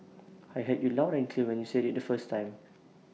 I heard you loud when you said IT the first time